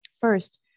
First